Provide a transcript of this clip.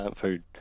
food